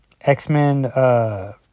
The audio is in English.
X-Men